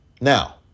Now